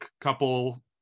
couple